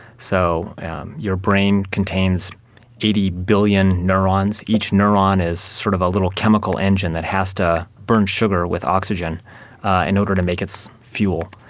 so your brain contains eighty billion neurons, each neuron is sort of a little chemical engine that has to burn sugar with oxygen in order to make its fuel.